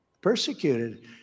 persecuted